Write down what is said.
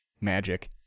magic